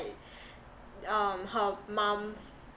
um her mum's